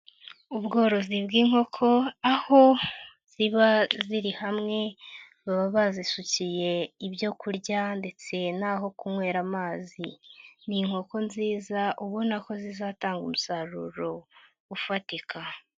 Ubworozi bw'inkoko aho ziba ziri hamwe baba bazisukiye ibyo kurya ndetse naho kunywera amazi, ni inkoko nziza ubona ko zizatanga umusaruro ufatika.